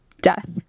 death